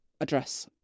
address